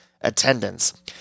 attendance